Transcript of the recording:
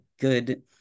good –